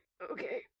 Okay